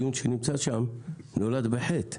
הדיון שנמצא שם נולד בחטא,